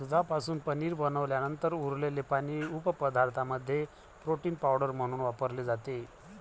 दुधापासून पनीर बनवल्यानंतर उरलेले पाणी उपपदार्थांमध्ये प्रोटीन पावडर म्हणून वापरले जाते